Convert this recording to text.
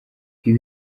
ibi